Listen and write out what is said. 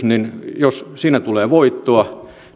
niin jos tässä yhteiskunnallisessa yrityksessä tulee voittoa